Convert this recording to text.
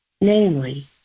namely